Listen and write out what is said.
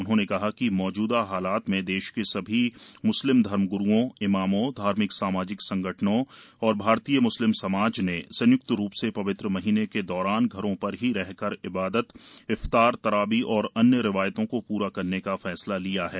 उन्होंने कहा कि मौजुदा हालात में देश के सभी मुस्लिम धर्म गुरुओं इमामों धार्मिक सामाजिक संगठनों एँव भारतीय म्स्लिम समाज ने संय्क्त रूप से पवित्र महीने के दौरान घरों पर ही रहकर इबादत इफ्तार तरावी और अन्य रिवायतों को पूरा करने का ै सला लिया है